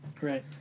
Right